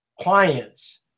clients